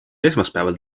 esmaspäeval